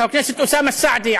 חבר הכנסת אוסאמה סעדי,